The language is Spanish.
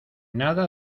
nada